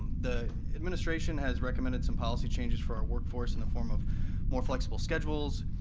the administration has recommended some policy changes for our work force in the form of more flexible schedules,